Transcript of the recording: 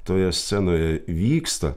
toje scenoje vyksta